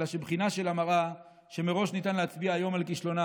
אלא שבחינה שלה מראה שמראש ניתן להצביע היום על כישלונה.